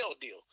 deal